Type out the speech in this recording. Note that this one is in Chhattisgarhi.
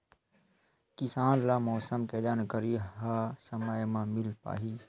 किसान ल मौसम के जानकारी ह समय म मिल पाही?